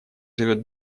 живет